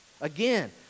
again